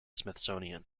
smithsonian